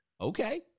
okay